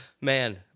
Man